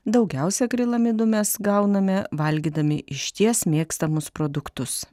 daugiausia akrilamidų mes gauname valgydami išties mėgstamus produktus